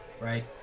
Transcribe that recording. right